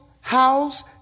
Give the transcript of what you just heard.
house